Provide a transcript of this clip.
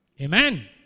Amen